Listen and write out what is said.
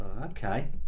Okay